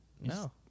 No